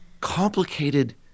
complicated